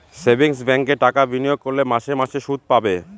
savings ব্যাঙ্কে টাকা বিনিয়োগ করলে মাসে মাসে শুদ পাবে